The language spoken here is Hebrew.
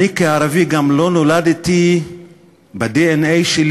אני כערבי גם לא נולדתי בדנ"א שלי